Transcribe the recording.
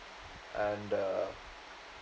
and um